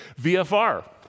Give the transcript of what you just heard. VFR